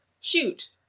shoot